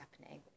happening